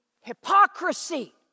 hypocrisy